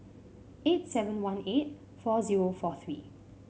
eight seven one eight four zero four three